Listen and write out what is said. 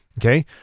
okay